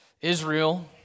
Israel